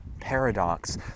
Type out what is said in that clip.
paradox